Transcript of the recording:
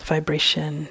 Vibration